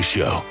Show